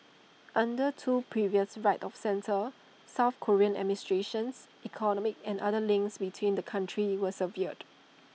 under two previous right of centre south Korean administrations economic and other links between the countries were severed